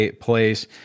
place